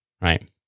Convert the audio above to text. right